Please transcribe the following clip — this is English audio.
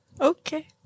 Okay